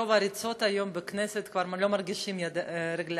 מרוב ריצות היום בכנסת כבר לא מרגישים את הרגליים,